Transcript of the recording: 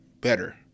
better